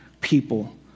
people